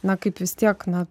na kaip vis tiek na